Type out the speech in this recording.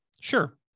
Sure